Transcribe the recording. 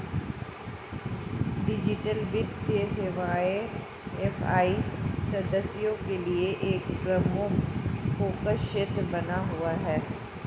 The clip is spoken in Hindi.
डिजिटल वित्तीय सेवाएं ए.एफ.आई सदस्यों के लिए एक प्रमुख फोकस क्षेत्र बना हुआ है